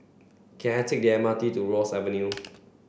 can I take the M R T to Ross Avenue